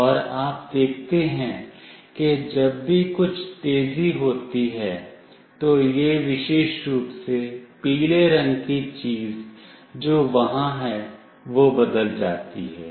और आप देखते हैं कि जब भी कुछ तेजी होती है तो यह विशेष रूप से पीले रंग की चीज जो वहां है वह बदल जाती है